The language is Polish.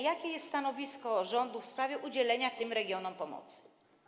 Jakie jest stanowisko rządu w sprawie udzielenia tym regionom pomocy?